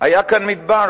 היה כאן מדבר,